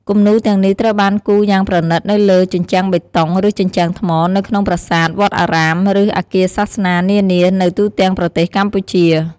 គំនូរទាំងនេះត្រូវបានគូរយ៉ាងប្រណិតនៅលើ ជញ្ជាំងបេតុង ឬជញ្ជាំងថ្ម នៅក្នុង ប្រាសាទ វត្តអារាម ឬអគារសាសនានានានៅទូទាំងប្រទេសកម្ពុជា។